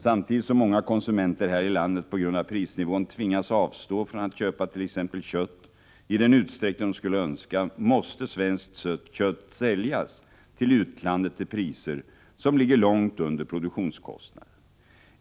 Samtidigt som många konsumenter här i landet på grund av prisnivån tvingas avstå från att köpa t.ex. kött i den utsträckning de skulle önska, måste svenskt kött säljas till utlandet till priser som ligger långt under produktionskostnaden.